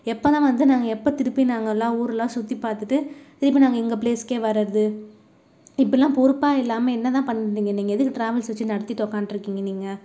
எப்போதான் வந்து நாங்கள் எப்போ திருப்பி நாங்கெல்லாம் ஊரெலாம் சுற்றி பார்த்துட்டு திருப்பி நாங்கள் எங்கள் ப்ளேஸுகே வரது இப்பட்லாம் பொறுப்பாக இல்லாமல் என்னதான் பண்ணிங்க நீங்கள் எதுக்கு ட்ராவல்ஸ் வச்சு நடத்திட் ஒக்காந்துட்ருக்கிங்க நீங்கள்